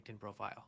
profile